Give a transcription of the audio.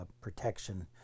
protection